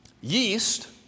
Yeast